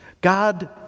God